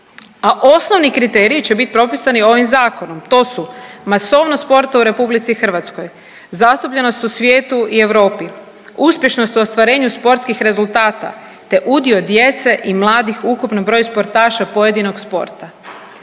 a osnovni kriteriji će biti propisani ovim zakonom. To su masovnost sporta u RH, zastupljenost u svijetu i Europi, uspješnost u ostvarenju sportskih rezultata te udio djece i mladih u ukupnom broju sportaša pojedinog sporta.